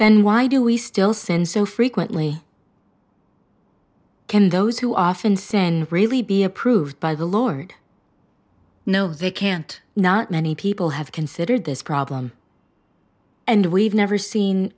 then why do we still sin so frequently can those who often sin really be approved by the lord no they can't not many people have considered this problem and we've never seen